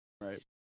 Right